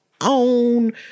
own